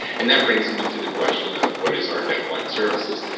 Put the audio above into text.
and that brings me to the question of what is our deaf-blind services?